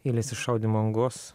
eilės iš šaudymo angos